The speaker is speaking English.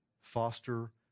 Foster